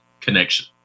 connection